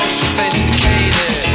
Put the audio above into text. sophisticated